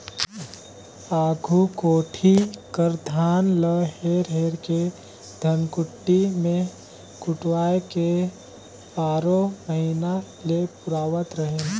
आघु कोठी कर धान ल हेर हेर के धनकुट्टी मे कुटवाए के बारो महिना ले पुरावत रहिन